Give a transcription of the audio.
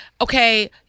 okay